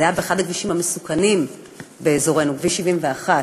זה היה באחד הכבישים המסוכנים באזורנו, כביש 71,